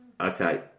Okay